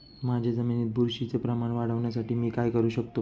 माझ्या जमिनीत बुरशीचे प्रमाण वाढवण्यासाठी मी काय करू शकतो?